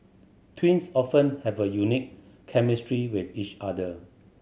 twins often have a unique chemistry with each other